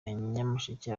nyamasheke